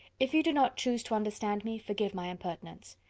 if you do not choose to understand me, forgive my impertinence.